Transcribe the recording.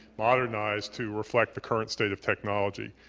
modernized to reflect the current state of technology.